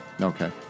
Okay